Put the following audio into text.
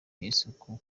isuku